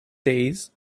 days